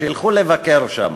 שילכו לבקר שם.